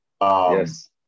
Yes